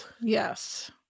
Yes